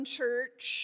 church